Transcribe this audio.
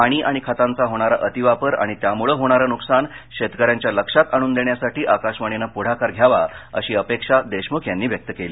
पाणी आणि खतांचा होणारा अतिवापर आणि त्यामुळे होणारे नुकसान शेतकऱ्यांच्या लक्षात आणून देण्यासाठी आकाशवाणीनं पुढाकार घ्यावा अशी अपेक्षा देशमुख यांनी व्यक्त केली